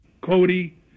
Cody